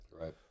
Right